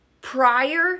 prior